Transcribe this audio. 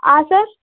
ಆಂ sir